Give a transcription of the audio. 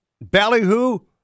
Ballyhoo